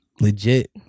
Legit